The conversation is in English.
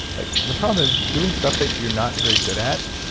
like the problem is, doing stuff that you're not very good at,